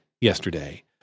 yesterday